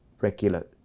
regular